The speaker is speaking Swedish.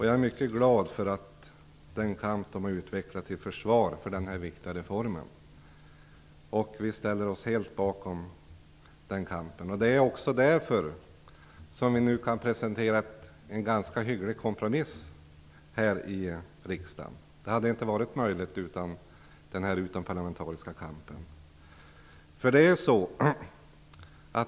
Jag är mycket glad för den kamp som den har utvecklat till försvar för den här viktiga reformen. Vi ställer oss helt bakom den kampen. Det är också därför som vi nu kan presentera en ganska hygglig kompromiss här i riksdagen. Det hade inte varit möjligt utan den här utomparlamentariska kampen.